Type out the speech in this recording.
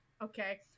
Okay